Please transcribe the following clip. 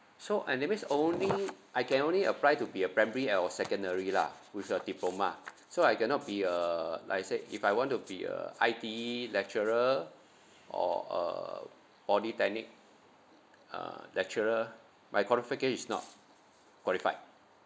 so and that means only I can only apply to be a primary and or secondary lah with the diploma so I cannot be a like you said if I want to be a I_T_E lecturer or a polytechnic uh lecturer my qualification is not qualified